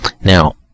Now